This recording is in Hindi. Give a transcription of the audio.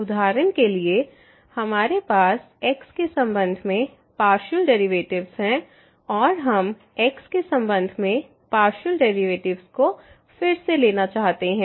उदाहरण के लिए हमारे पास x के संबंध में पार्शियल डेरिवेटिव्स है और हम x के संबंध में पार्शियल डेरिवेटिव्स को फिर से लेना चाहते हैं